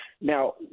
now